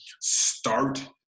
start